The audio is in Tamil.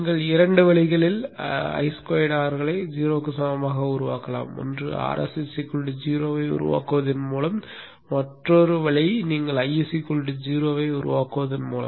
நீங்கள் இரண்டு வழிகளில் I2Rகளை 0க்கு சமமாக உருவாக்கலாம் ஒன்று Rs 0 ஐ உருவாக்குவதன் மூலம் மற்றொரு வழியில் நீங்கள் I 0 ஐ உருவாக்குவதன் மூலம்